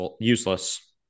useless